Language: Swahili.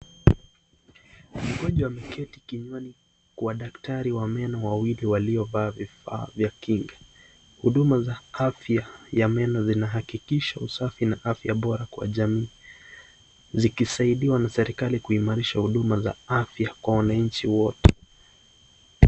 Mgonjwa ameketi kinywani kwa daktari wawili wa meno waliovaa vya kinga, huduma za afya ya meno zinahakikisha usafi na afya bora kwa jamii, zikisaidiwa na serikali kuimarisha huduma za afya kwa wananchi wote.